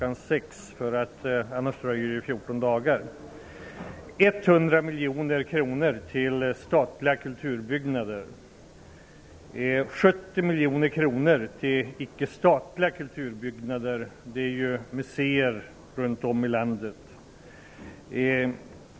18, för annars dröjer det 14 70 miljoner kronor till icke statliga kulturbyggnader. Det är museer runt om i landet.